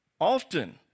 often